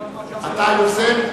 אתה היוזם?